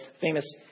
famous